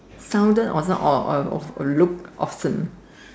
sounded or or look often